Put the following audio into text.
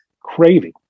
craving